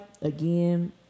again